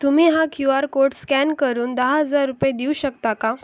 तुम्ही हा Q R code scan करून दहा हजार रुपये देऊ शकता का